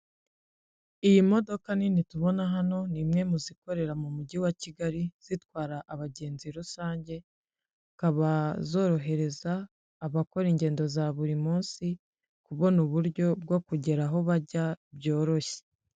Iyi modoka nini tubona hano ni imwe mu zikorera mu mujyi wa Kigali zitwara abagenzi rusange, zikaba zorohereza abakora ingendo za buri munsi kubona uburyo bwo kugera aho bajya byoroshye.